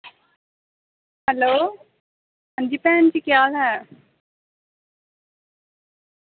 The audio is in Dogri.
हैलो हां जी भैन जी केह् हाल ऐ